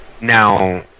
now